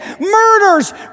murders